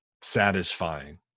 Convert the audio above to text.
satisfying